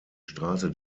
straße